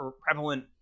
prevalent